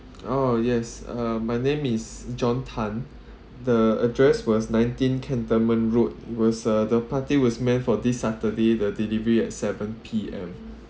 oh yes uh my name is john tan the address was nineteen cantonment road was uh the party was meant for this saturday the delivery at seven P_M